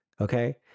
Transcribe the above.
okay